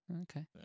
Okay